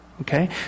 Okay